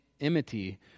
enmity